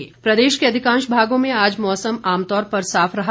मौसम प्रदेश के अधिकांश भागों में आज मौसम आमतौर पर साफ रहा